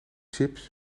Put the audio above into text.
chips